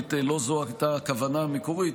באמת לא זו הייתה הכוונה המקורית,